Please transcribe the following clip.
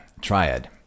Triad